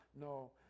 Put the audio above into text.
No